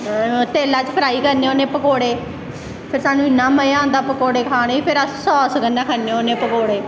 तेल्लै च फ्राई करने होन्ने पकौड़े फिर स्हानू इन्ना मज़ा आंदा पकौड़े खानेंई फिर अस सॉस कन्नै खन्ने होन्ने पकौड़े